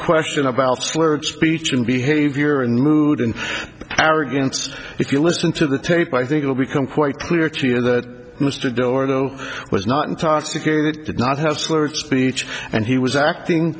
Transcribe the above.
question about slurred speech and behavior and mood and arrogance if you listen to the tape i think it'll become quite clear to you that mr dorner was not intoxicated did not have slurred speech and he was acting